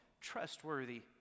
trustworthy